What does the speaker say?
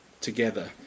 together